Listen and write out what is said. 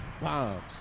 Bombs